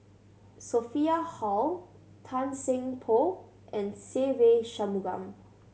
Sophia Hull Tan Seng Poh and Se Ve Shanmugam